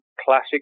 classic